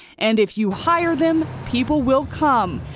and if you hire them, people will come.